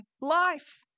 life